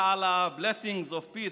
חברת הכנסת תהלה פרידמן,